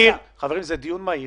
חברים, זה דיון מהיר